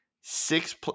six